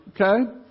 Okay